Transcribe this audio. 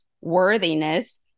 worthiness